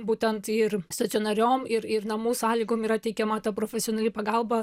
būtent ir stacionariom ir ir namų sąlygom yra teikiama ta profesionali pagalba